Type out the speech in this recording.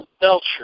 Belcher